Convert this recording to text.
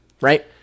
right